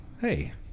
Hey